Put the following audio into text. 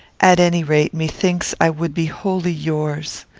at any rate, methinks i would be wholly yours.